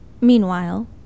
Meanwhile